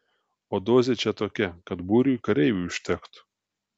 o dozė čia tokia kad būriui kareivių užtektų